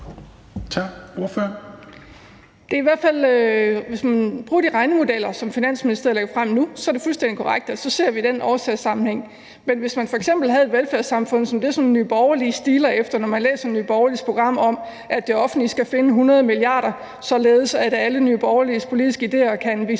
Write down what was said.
hvis man bruger de regnemodeller, som Finansministeriet lagde frem nu, så er det fuldstændig korrekt, at så ser vi den årsagssammenhæng. Men hvis vi f.eks. havde et velfærdssamfund som det, som Nye Borgerlige stiler efter, når man læser Nye Borgerliges program om, at det offentlige skal finde 100 mia. kr., således at alle Nye Borgerliges politiske idéer kan